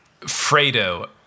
Fredo